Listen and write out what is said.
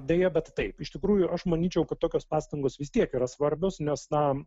deja bet taip iš tikrųjų aš manyčiau kad tokios pastangos vis tiek yra svarbios nes na